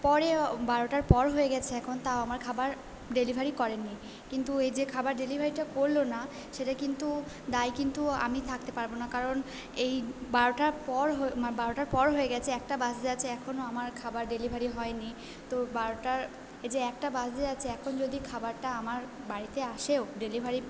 পরে বারোটার পর হয়ে গেছে এখন তাও আমার খাবার ডেলিভারি করেন নি কিন্তু এই যে খাবার ডেলিভারিটা করলো না সেটা কিন্তু দায় কিন্তু আমি থাকতে পারবো না কারণ এই বারোটার পর মানে বারোটার পর হয়ে গেছে একটা বাজতে যাচ্ছে এখনো আমার খাবার ডেলিভারি হয় নি তো বারোটার যে একটা বাজতে যাচ্ছে এখন যদি খাবারটা আমার বাড়িতে আসেও ডেলিভারি